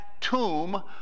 tomb